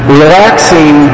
relaxing